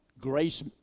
grace